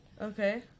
Okay